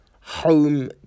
home